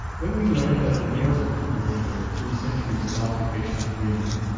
when we learn that the norsemen, during their three centuries of occupation of greenland,